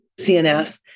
CNF